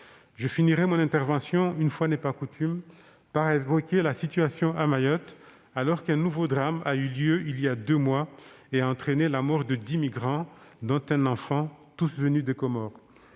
Je finirais mon intervention, une fois n'est pas coutume, en évoquant la situation à Mayotte, alors qu'un nouveau drame a eu lieu voilà deux mois, entraînant la mort de dix migrants, dont un enfant, tous venus des Comores.